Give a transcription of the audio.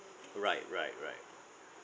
right right right